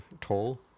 Toll